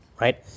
right